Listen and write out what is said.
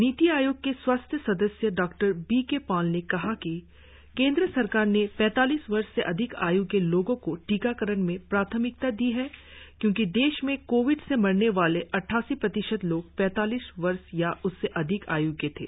नीति आयोग के स्वास्थ्य सदस्य डॉ बी के पॉल ने कहा है कि केंद्र सरकार ने पैतालीस वर्ष से अधिक आय् के लोगो को टीकाकरण में प्राथमिकता दी है क्योकि देश में कोविड से मरने वाले अड्डासी प्रतिशत लोग पैतालीस वर्ष या उससे अधिक आय् के थे